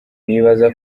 nibaza